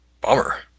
Bummer